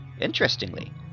Interestingly